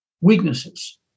weaknesses